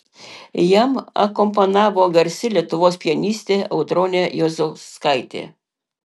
jam akompanavo garsi lietuvos pianistė audronė juozauskaitė